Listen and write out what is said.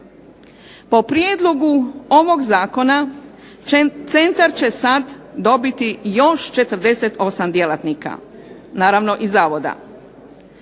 Po prijedlogu ovog zakona centar će sad dobiti još 48 djelatnika, naravno iz zavoda.